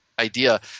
idea